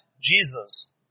Jesus